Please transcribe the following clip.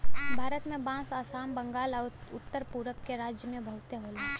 भारत में बांस आसाम, बंगाल आउर उत्तर पुरब के राज्य में बहुते होला